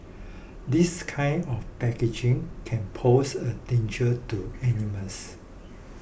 this kind of packaging can pose a danger to animals